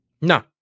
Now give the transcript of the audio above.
No